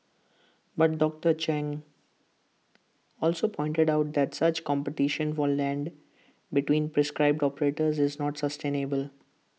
but doctor chung also pointed out that such competition for land between prescribe operators is not sustainable